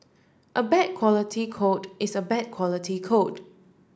a bad quality code is a bad quality code